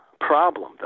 problem